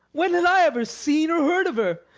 when had i ever seen or heard of her?